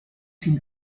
sin